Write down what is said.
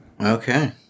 Okay